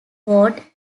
ward